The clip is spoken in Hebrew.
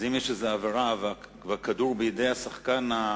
אז אם יש איזה עבירה והכדור בידי השחקן,